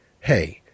Hey